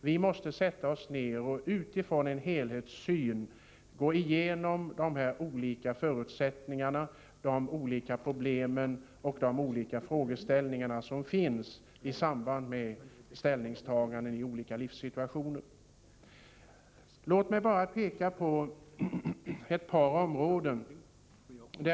Vi måste sätta oss ner och utifrån en helhetssyn gå igenom de olika förutsättningar, problem och frågeställningar som finns i samband med ställningstaganden i olika livssituationer.